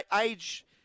age